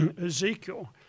Ezekiel